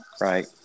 right